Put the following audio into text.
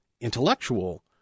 intellectual